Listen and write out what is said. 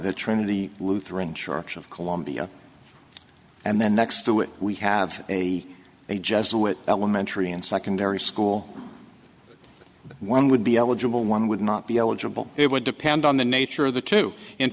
the trinity lutheran church of columbia and then next to it we have a jesuit elementary and secondary school one would be eligible one would not be eligible it would depend on the nature of the two in